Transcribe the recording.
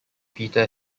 peter